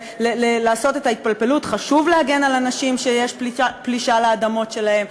ולעשות את ההתפלפלות שחשוב להגן על אנשים שיש פלישה לאדמות שלהם,